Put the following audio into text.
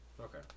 Okay